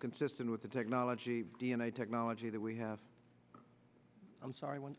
consistent with the technology d n a technology that we have i'm sorry one